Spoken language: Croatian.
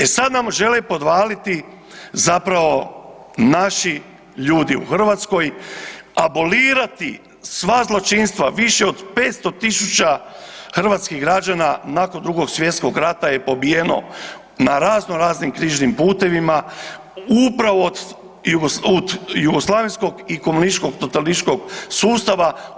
E sad nam žele podvaliti zapravo naši ljudi u Hrvatskoj, abolirati sva zločinstva, više od 500 tisuća hrvatskih građana nakon II. svj. rata je pobijeno na razno raznim križnim putevima, upravo od jugoslavenskog i komunističkog totalitarističkog sustava.